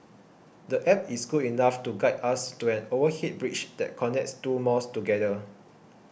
the App is good enough to guide us to an overhead bridge that connects two malls together